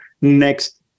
next